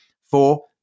Four